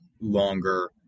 longer